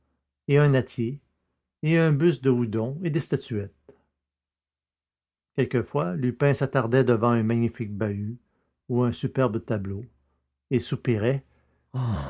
et un nattier et un buste de houdon et des statuettes quelquefois lupin s'attardait devant un magnifique bahut ou un superbe tableau et soupirait